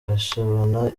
gashabana